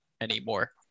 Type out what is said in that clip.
anymore